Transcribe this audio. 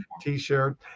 t-shirt